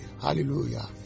hallelujah